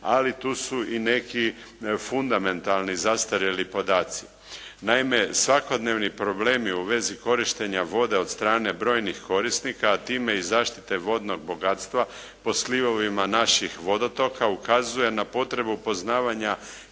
ali tu su i neki fundamentalni zastarjeli podaci. Naime, svakodnevni problemi u vezi korištenja voda od strane brojnih korisnika, a time i zaštite vodnog bogatstva po slivovima naših vodotoka ukazuje na potrebu poznavanja